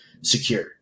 secure